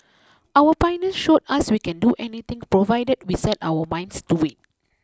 our pioneers showed as we can do anything provided we set our minds to it